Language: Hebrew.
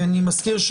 אני מזכיר,